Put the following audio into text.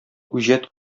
үҗәт